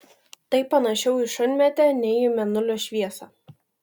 tai panašiau į šunmėtę nei į mėnulio šviesą